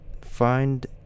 find